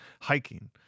hiking